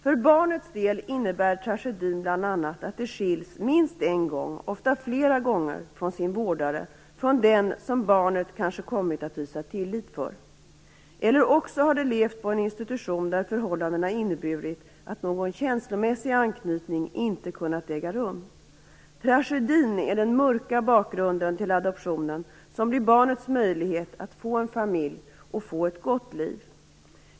För barnets del innebär tragedin bl.a. att det skiljs - minst en gång, ofta flera gånger - från sin vårdare, från den som barnet kanske kommit att hysa tillit för. Eller också har det levt på en institution där förhållandena inneburit att någon känslomässig anknytning inte kunnat äga rum. Tragedin är den mörka bakgrunden till adoptionen, som blir barnets möjlighet att få en familj och få ett gott liv.